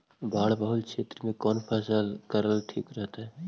बाढ़ बहुल क्षेत्र में कौन फसल करल ठीक रहतइ?